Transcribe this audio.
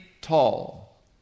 tall